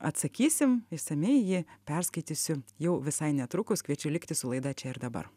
atsakysim išsamiai jį perskaitysiu jau visai netrukus kviečiu likti su laida čia ir dabar